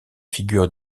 figures